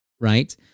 right